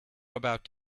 about